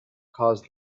caused